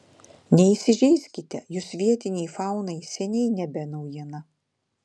neįsižeiskite jūs vietinei faunai seniai nebe naujiena